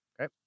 Okay